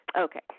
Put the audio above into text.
Okay